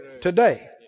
today